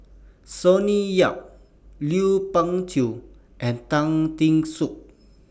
Sonny Yap Lui Pao Chuen and Tan Teck Soon